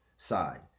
side